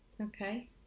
Okay